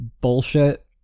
bullshit